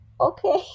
Okay